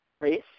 race